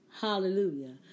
Hallelujah